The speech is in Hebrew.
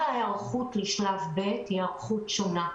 ההיערכות לשלב ב' היא היערכות שונה.